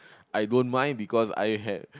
I don't mind because I had